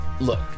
look